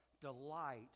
delight